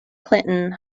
clinton